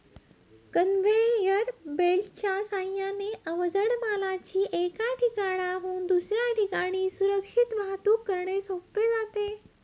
conveyor बेल्टच्या साहाय्याने अवजड मालाची एका ठिकाणाहून दुसऱ्या ठिकाणी सुरक्षित वाहतूक करणे सोपे जाते